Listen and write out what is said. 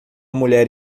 mulher